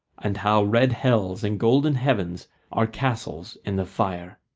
and how red hells and golden heavens are castles in the fire.